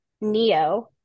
Neo